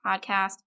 Podcast